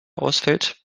ausfällt